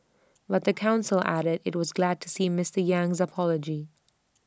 but the Council added IT was glad to see Mister Yang's apology